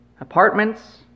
apartments